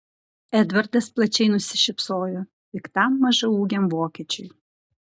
edvardas plačiai nusišypsojo piktam mažaūgiam vokiečiui